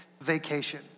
vacation